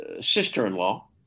sister-in-law